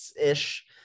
ish